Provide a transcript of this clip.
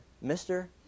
Mister